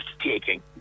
taking